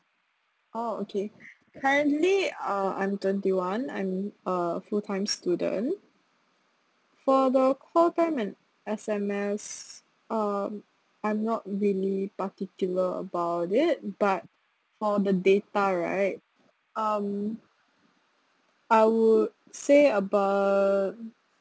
oh okay currently uh I'm twenty one I'm a full time student for the call time and S_M_S um I'm not really particular about it but for the data right um I would say about